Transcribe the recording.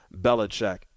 Belichick